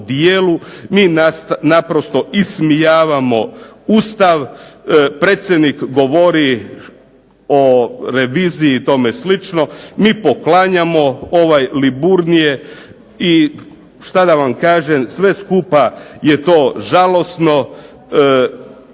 mi naprosto ismijavamo Ustav, predsjednik govori o reviziji i tome slično, mi poklanjamo Liburnije i šta da vam kažem, sve skupa je to žalosno